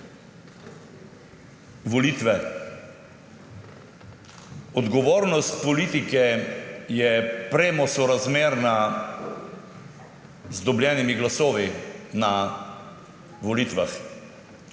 Volitve. Odgovornost politike je premo sorazmerna z dobljenimi glasovi na volitvah.